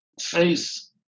face